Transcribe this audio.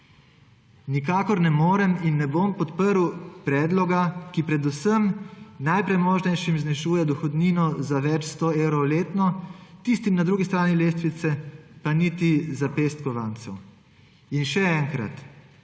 Nikakor ne morem in ne bom podprl predloga, ki predvsem najpremožnejšim znižuje dohodnino za več sto evrov letno, tistim na drugi strani lestvice pa niti za pest kovancev. Še enkrat: